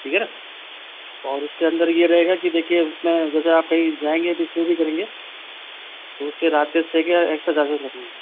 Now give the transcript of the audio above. ठीक है ना और उसके अंदर यह रहेगा की देखिए उसमें जैसे आप कहीं जाएंगे भी करेंगे तो उसके रात के हिस्से के एक्स्ट्रा चार्जेज़ लगेंगे